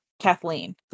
Kathleen